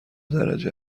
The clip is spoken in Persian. درجه